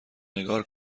نگار